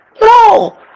No